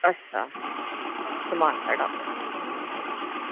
अच्छा समान साढ़ा अपना